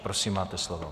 Prosím, máte slovo.